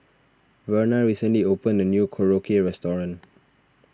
Verna recently opened a new Korokke restaurant